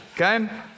okay